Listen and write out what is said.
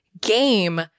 game